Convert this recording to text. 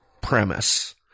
premise